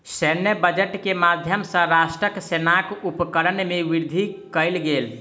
सैन्य बजट के माध्यम सॅ राष्ट्रक सेनाक उपकरण में वृद्धि कयल गेल